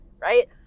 right